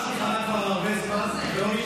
זה מונח על שולחנה כבר הרבה זמן,